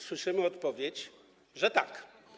Słyszymy odpowiedź, że tak.